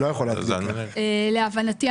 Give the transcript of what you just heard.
להבנתי,